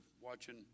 watching